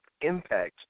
impact